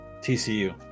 TCU